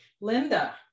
Linda